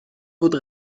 بود